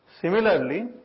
Similarly